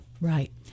Right